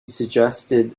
suggested